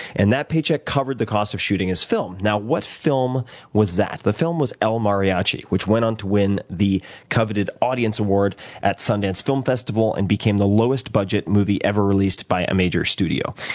and that paycheck covered the cost of shooting his film. now, what film was that? the film was element mariachi, which went on to win the coveted audience award at sundance film festival and became the lowest budget movie ever released by a major studio.